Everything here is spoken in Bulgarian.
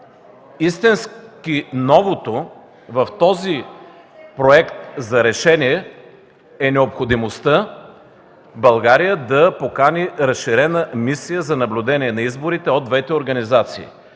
Истински новото в този проект за решение е необходимостта България да покани разширена мисия за наблюдение на изборите от двете организации.